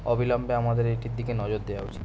অবিলম্বে আমাদের এইটির দিকে নজর দেওয়া উচিত